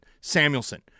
Samuelson